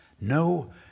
No